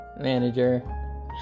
manager